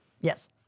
yes